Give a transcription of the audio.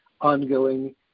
ongoing